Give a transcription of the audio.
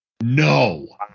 No